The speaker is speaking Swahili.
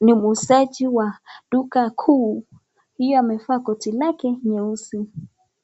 ni muuzaji wa duka kuu, hiyo amevaa koti lake nyeusi.